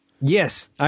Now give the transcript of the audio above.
Yes